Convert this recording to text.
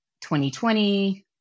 2020